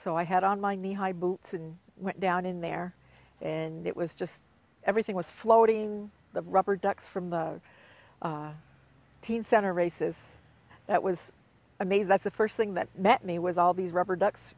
so i had on my knee high boots and went down in there and it was just everything was floating the rubber ducks from the teen center races that was a maze that's the first thing that met me was all these rubber ducks